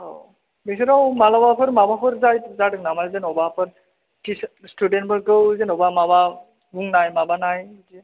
नोंसोरनाव मालाबाफोर माबाफोर जादों नामा जेन'बाफोर स्टुडेन्टफोरखौ जेन'बा बुंनाय माबानाय बिदि